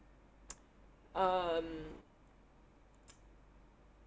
um